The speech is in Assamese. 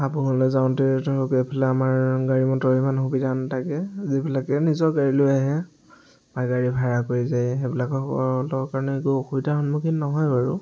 হাবুঙলৈ যাওঁতে ধৰক এইফালে আমাৰ গাড়ী মটৰ ইমান সুবিধা নাথাকে যিবিলাকে নিজৰ গাড়ী লৈ আহে বা গাড়ী ভাড়া কৰি যায় সেইবিলাকৰ কাৰণে একো অসুবিধাৰ সন্মুখীন নহয় বাৰু